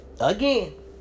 again